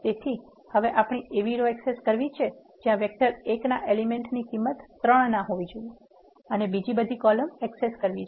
તેથી હવે આપણે એવી રો એક્સેસ કરવી છે જ્યા વેક્ટર ૧ ના એલીમેન્ટની કિંમત ૩ ના હોવી જોઇએ અને બીજી બધી કોલમ એક્સેસ કરવી છે